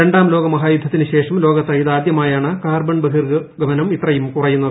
രണ്ടാം ലോക മഹായുദ്ധത്തിനു ശേഷം ലോകത്ത് ഇതാദൃമായാണ് കാർബൺ ബഹിർഗമനം ഇത്രയും കുറയുന്നത്